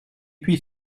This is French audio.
puis